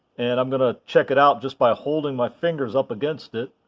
and i'm going to check it out just by holding my fingers up against it.